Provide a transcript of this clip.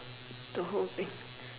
the whole thing